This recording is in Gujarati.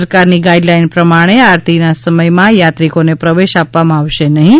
સરકારની ગાઈડલાઈન પ્રમાણે હવે આરતી સમયમાં યાત્રિકોને પ્રવેશ આપવામાં આવશે નહીં